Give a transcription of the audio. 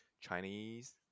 Chinese